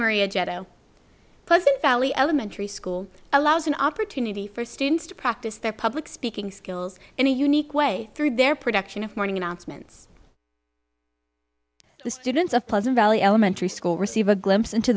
pleasant valley elementary school allows an opportunity for students to practice their public speaking skills in a unique way through their production of morning announcements the students of pleasant valley elementary school receive a glimpse into